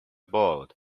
boyd